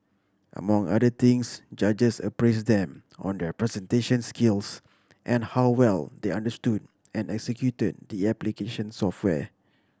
among other things judges appraised them on their presentation skills and how well they understood and executed the application software